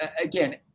again